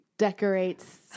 decorates